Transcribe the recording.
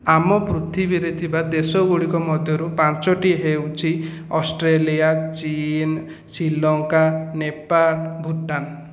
ଆମ ପୃଥିବୀରେ ଥିବା ଦେଶ ଗୁଡ଼ିକ ମଧ୍ୟରୁ ପାଞ୍ଚୋଟି ହେଉଛି ଅଷ୍ଟ୍ରେଲିଆ ଚୀନ ଶ୍ରୀଲଙ୍କା ନେପାଳ ଭୁଟାନ